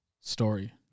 story